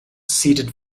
ceded